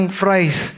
fries